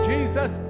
Jesus